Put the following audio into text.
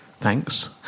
thanks